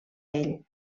ell